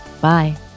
Bye